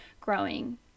growing